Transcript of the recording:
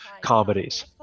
comedies